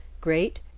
great